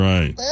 Right